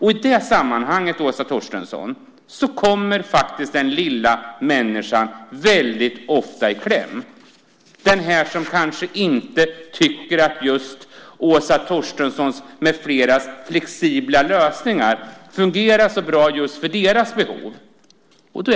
I det sammanhanget, Åsa Torstensson, kommer faktiskt den lilla människan ofta i kläm, och här är det de som tycker att Åsa Torstensson med fleras flexibla lösningar inte fungerar så bra för just deras behov.